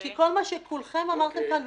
כל מה שכולכם אמרתם כאן,